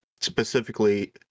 specifically